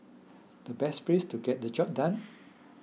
the best place to get the job done